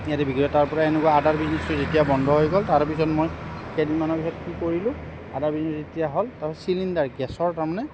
ইয়াতে বিক্ৰী হয় তাৰপৰা এনেকুৱা আদাৰ বিজনেছটো যেতিয়া বন্ধ হৈ গ'ল তাৰ পিছত মই কেইদিনমানৰ পাছত কি কৰিলোঁ আদাৰ বিজনেছ যেতিয়া হ'ল তাৰপিছত চিলিণ্ডাৰ গেছৰ তাৰমানে